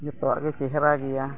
ᱡᱚᱛᱚᱣᱟᱜ ᱜᱮ ᱪᱮᱦᱨᱟ ᱜᱮᱭᱟ